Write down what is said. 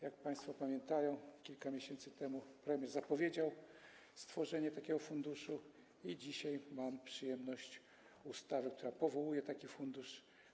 Jak państwo pamiętają, kilka miesięcy temu premier zapowiedział stworzenie takiego funduszu i dzisiaj mam przyjemność przedstawić państwu ustawę, która powołuje taki fundusz.